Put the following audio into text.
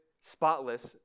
spotless